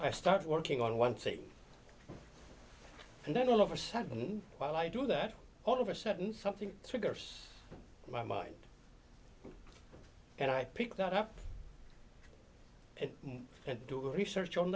i start working on one thing and then all of a sudden while i do that all of a sudden something triggers my mind and i pick that up and do research on